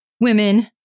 women